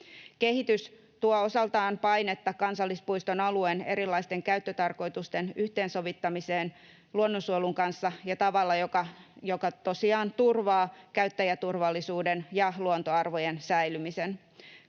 Kehitys tuo osaltaan painetta kansallispuiston alueen erilaisten käyttötarkoitusten yhteensovittamiseen luonnonsuojelun kanssa ja tavalla, joka tosiaan turvaa käyttäjäturvallisuuden ja luontoarvojen säilymisen.